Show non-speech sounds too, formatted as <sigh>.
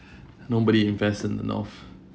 <breath> nobody invest in the north